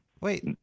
Wait